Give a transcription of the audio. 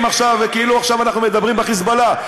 עכשיו כאילו אנחנו מדברים נהיים ב"חיזבאללה".